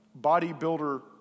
bodybuilder